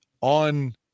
on